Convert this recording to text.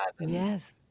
yes